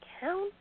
count